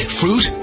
fruit